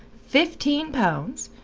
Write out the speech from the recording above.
fifteen pounds!